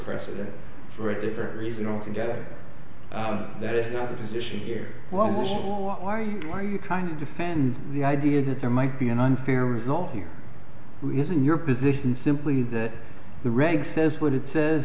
precedent for a different reason altogether that is not the position here well are you are you kind of defend the idea that there might be an unfair result here isn't your position simply that the regs says what it says